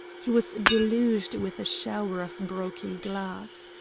he was deluged with a shower of broken glass.